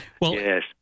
Yes